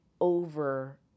over